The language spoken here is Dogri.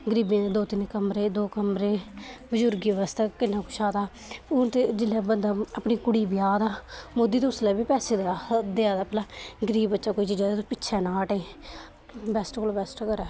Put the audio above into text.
गरीबें गी दो तिन्न कमरे दो कमरे बजुर्गें बास्तै किन्ना किश आ दा हून ते जिसलै बंदा अपनी कुड़ी ब्याह् दा मोदी ते उसलै बी पैसे देआ दा गरीब बच्चें गी पुज्ज जाए पिच्छें ना हटे बैस्ट कोला बैस्ट होऐ